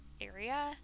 area